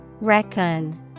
Reckon